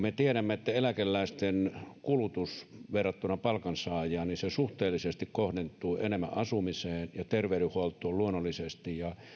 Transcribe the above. me tiedämme että eläkeläisten kulutus verrattuna palkansaajaan suhteellisesti kohdentuu enemmän asumiseen ja luonnollisesti terveydenhuoltoon ja